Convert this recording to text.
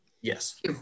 Yes